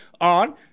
on